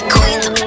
Queens